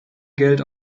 geld